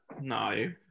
No